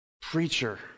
preacher